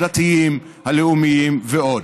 הדתיים הלאומיים ועוד.